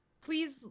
Please